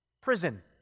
prison